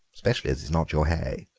especially as it's not your hay.